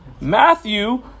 Matthew